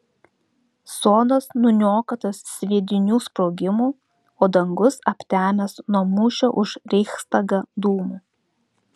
sodas nuniokotas sviedinių sprogimų o dangus aptemęs nuo mūšio už reichstagą dūmų